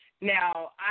Now